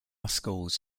schools